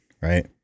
right